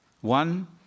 One